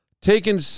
taken